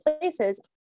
places